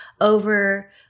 over –